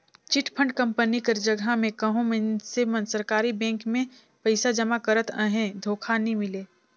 chit fund company कर जगहा में कहों मइनसे मन सरकारी बेंक में पइसा जमा करत अहें धोखा नी मिले